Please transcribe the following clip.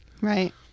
Right